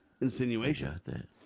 insinuation